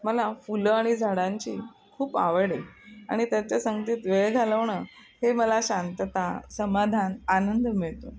मला फुलं आणि झाडांची खूप आवड आहे आणि त्याच्या संगतीत वेळ घालवणं हे मला शांतता समाधान आनंद मिळतो